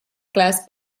glass